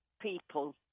people